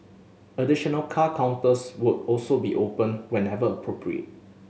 additional car counters would also be opened whenever appropriate